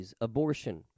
abortion